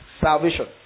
salvation